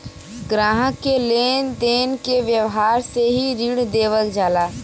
ग्राहक के लेन देन के व्यावहार से भी ऋण देवल जाला